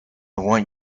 want